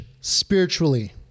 spiritually